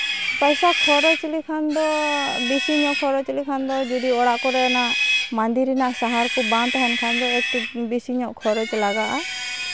ᱯᱚᱭᱥᱟ ᱠᱷᱚᱨᱚᱪ ᱞᱮᱠᱷᱟᱱ ᱫᱚ ᱵᱮᱥᱤ ᱧᱚᱜ ᱠᱷᱚᱨᱚᱪ ᱞᱮᱠᱷᱟᱱ ᱫᱚ ᱡᱩᱫᱤ ᱚᱲᱟᱜ ᱠᱚᱨᱮᱱᱟᱜ ᱢᱟᱸᱫᱮ ᱨᱮᱱᱟᱜ ᱥᱟᱦᱟᱨ ᱠᱚ ᱵᱟᱝ ᱛᱟᱦᱮᱱ ᱠᱷᱟᱱ ᱫᱚ ᱮᱠᱴᱩ ᱵᱮᱥᱤ ᱧᱚᱜ ᱠᱷᱚᱨᱚᱪ ᱞᱟᱜᱟᱜᱼᱟ